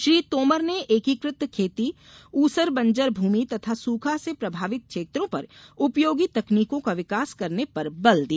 श्री तोमर ने एकीकृत खेती ऊसर बंजर भूमि तथा सूखा से प्रभावित क्षेत्रों पर उपयोगी तकनीकों का विकास करने पर बल दिया